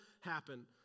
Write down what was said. happen